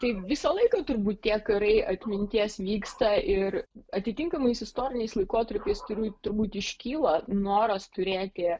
tai visą laiką turbūt tie karai atminties vyksta ir atitinkamais istoriniais laikotarpiais turiu turbūt iškyla noras turėti